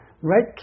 right